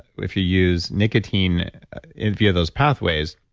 if you use nicotine via those pathways,